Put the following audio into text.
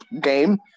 game